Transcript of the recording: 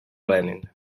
lenin